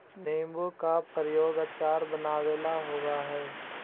नींबू का प्रयोग अचार बनावे ला होवअ हई